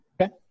Okay